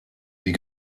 die